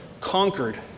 conquered